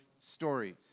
stories